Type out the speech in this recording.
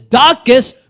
darkest